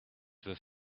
with